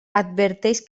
adverteix